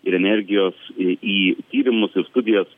ir energijos į į tyrimus ir studijas